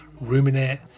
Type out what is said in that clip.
ruminate